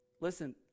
listen